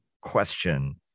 question